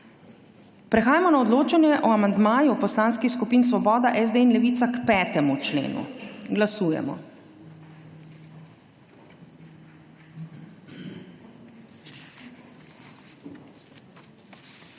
Prehajamo na odločanje o amandmaju poslanskih skupin Svoboda, SD in Levica k 5. členu. Glasujemo.